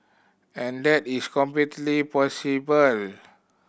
and that is completely possible